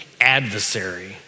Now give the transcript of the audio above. adversary